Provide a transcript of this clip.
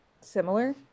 similar